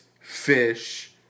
fish